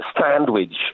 sandwich